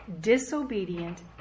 disobedient